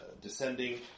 descending